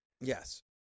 Yes